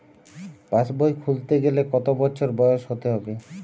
পাশবই খুলতে গেলে কত বছর বয়স হতে হবে?